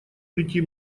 прийти